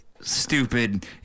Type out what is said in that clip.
stupid